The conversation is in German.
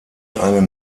einen